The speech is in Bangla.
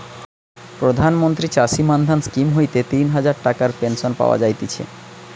প্রধান মন্ত্রী চাষী মান্ধান স্কিম হইতে তিন হাজার টাকার পেনশন পাওয়া যায়তিছে